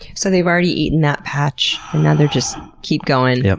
so, they've already eaten that patch and now they just keep going. yep.